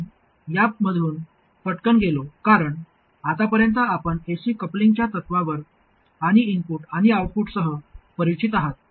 मी यामधून पटकन गेलो कारण आतापर्यंत आपण एसी कपलिंगच्या तत्त्वांवर आणि इनपुट आणि आउटपुटसह परिचित आहात